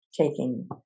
taking